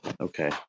okay